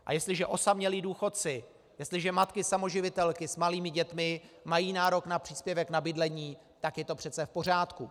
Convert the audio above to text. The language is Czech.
A jestliže osamělí důchodci, jestliže matky samoživitelky s malými dětmi mají nárok na příspěvek na bydlení, tak je to přece v pořádku.